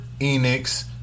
Enix